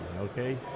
okay